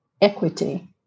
equity